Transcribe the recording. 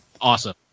Awesome